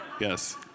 yes